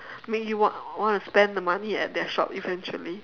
make you want want to spend the money at their shop eventually